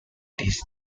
this